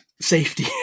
Safety